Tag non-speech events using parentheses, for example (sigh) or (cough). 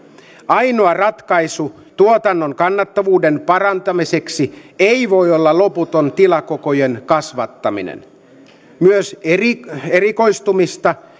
ainoa ratkaisu tuotannon kannattavuuden parantamiseksi ei voi olla loputon tilakokojen kasvattaminen myös erikoistumista (unintelligible)